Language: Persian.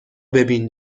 ببین